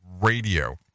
Radio